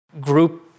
Group